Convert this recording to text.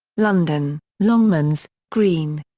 london longmans, green.